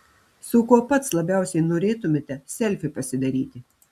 su kuo pats labiausiai norėtumėte selfį pasidaryti